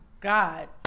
God